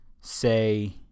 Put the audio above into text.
say